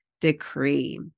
decree